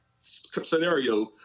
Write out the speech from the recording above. scenario